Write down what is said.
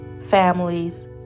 families